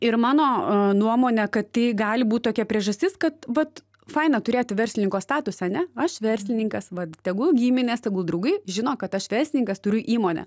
ir mano nuomone kad tai gali būt tokia priežastis kad vat faina turėti verslininko statusą ane aš verslininkas vat tegul giminės tegul draugai žino kad aš verslininkas turiu įmonę